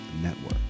Network